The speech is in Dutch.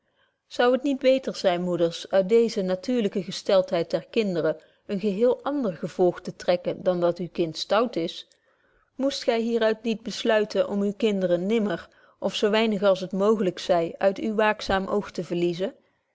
zoude het niet beter zyn moeders uit deeze natuurlyke gesteltheid der kinderen een geheel ander gevolg te trekken dan dat uw kind stout is moest gy hier uit niet besluiten om uwe kinderen nimmer of zo weinig als het mooglyk zy uit uw waakzaam oog te verliezen